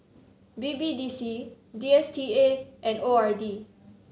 B B D C D S T A and O R D